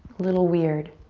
little weird,